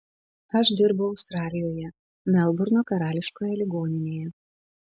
aš dirbau australijoje melburno karališkoje ligoninėje